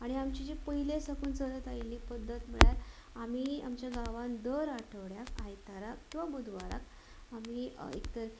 आनी आमची जी पयलीं साकून चलत आयिल्ली पद्दत म्हळ्यार आमी आमच्या गांवांत दर आटवड्यांत आयताराक किंवा बुधवाराक आमी एक तर